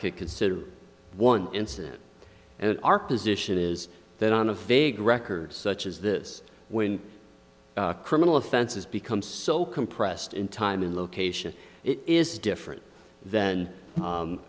could consider one incident and our position is that on a vague record such as this when criminal offenses become so compressed in time and location it is different than